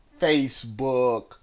Facebook